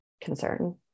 concern